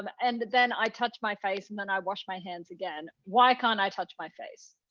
um and then i touch my face, and then i wash my hands again, why can't i touch my face?